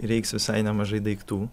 reiks visai nemažai daiktų